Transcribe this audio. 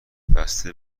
بسته